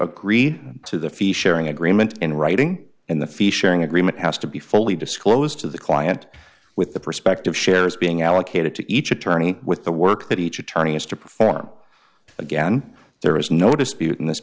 agree to the fee sharing agreement in writing and the fee sharing agreement has to be fully disclosed to the client with the perspective shares being allocated to each attorney with the work that each attorney has to perform again there is no dispute in this